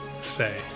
say